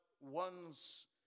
ones